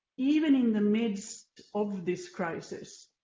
even in the midst of this crisis,